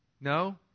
No